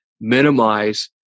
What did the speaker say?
minimize